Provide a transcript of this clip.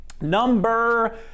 number